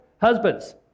husbands